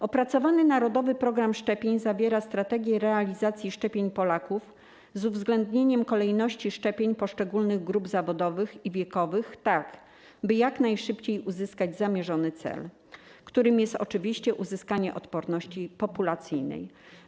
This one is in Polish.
Opracowany narodowy program szczepień zawiera strategię realizacji szczepień Polaków z uwzględnieniem kolejności szczepień poszczególnych grup zawodowych i wiekowych, tak by jak najszybciej uzyskać zamierzony cel, którym jest oczywiście uzyskanie odporności populacyjnej.